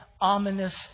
ominous